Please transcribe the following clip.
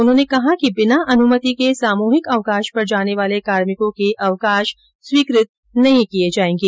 उन्होंने कहा कि बिना अनुमति के सामुहिक अवकाश पर जाने वाले कार्मिको के अवकाश स्वीकृत नहीं किये जायेंगे